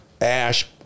Ash